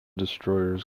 destroyers